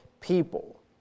people